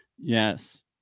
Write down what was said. Yes